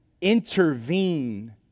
intervene